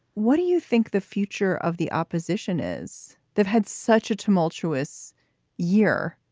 what do you think the future of the opposition is? they've had such a tumultuous year